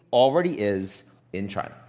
already is in china.